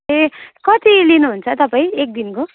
ए कति लिनुहुन्छ तपाईँ एक दिनको